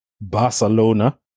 Barcelona